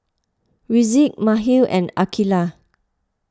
Rizqi Mikhail and Aqeelah